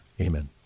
Amen